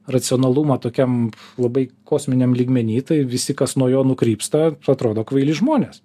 racionalumą tokiam labai kosminiam lygmeny tai visi kas nuo jo nukrypsta atrodo kvaili žmonės